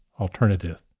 alternative